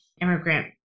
immigrant